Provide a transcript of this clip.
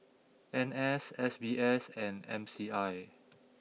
N S S B S and M C I